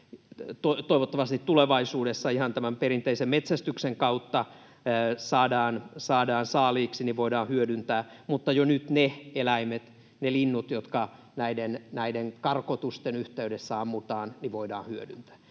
toivottavasti tulevaisuudessa ihan tämän perinteisen metsästyksen kautta saadaan saaliiksi, voidaan hyödyntää, mutta jo nyt ne eläimet, ne linnut, jotka näiden karkotusten yhteydessä ammutaan, voidaan hyödyntää.